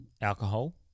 Alcohol